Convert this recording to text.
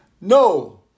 No